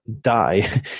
die